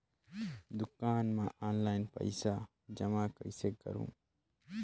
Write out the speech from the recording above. दुकान म ऑनलाइन पइसा जमा कइसे करहु?